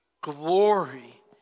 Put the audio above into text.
Glory